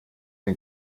den